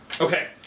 Okay